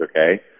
okay